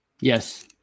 Yes